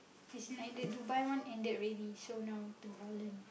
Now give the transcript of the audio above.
as in like the Dubai one ended already so now to Holland